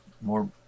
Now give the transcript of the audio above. more